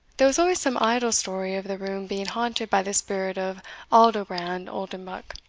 there was always some idle story of the room being haunted by the spirit of aldobrand oldenbuck,